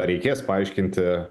reikės paaiškinti